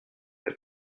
pas